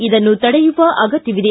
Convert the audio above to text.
ಇದನ್ನು ತಡೆಯುವ ಅಗತ್ಯವಿದೆ